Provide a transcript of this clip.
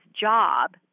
job